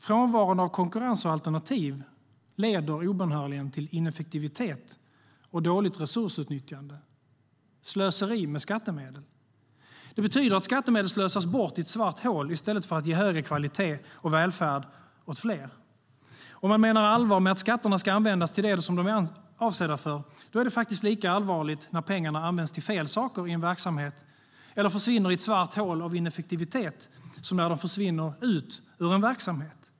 Frånvaron av konkurrens och alternativ leder obönhörligen till ineffektivitet, dåligt resursutnyttjande och slöseri med skattemedel. Det betyder att skattemedel slösas bort i ett svart hål i stället för att ge högre kvalitet och välfärd åt fler. Om man menar allvar med att skatterna ska användas till det de är avsedda för är det faktiskt lika allvarligt när pengarna används till fel saker i en verksamhet eller försvinner i ett svart hål av ineffektivitet som när de försvinner ut ur en verksamhet.